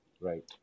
Right